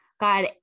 God